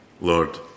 Lord